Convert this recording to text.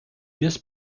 this